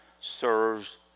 serves